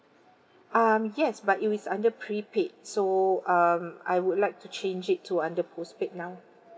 um yes but it is under prepaid so um I would like to change it to under postpaid now